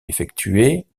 effectuées